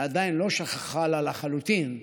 שעדיין לא שככה לחלוטין,